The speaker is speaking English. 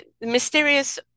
Mysterious